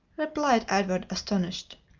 replied edward, astonished.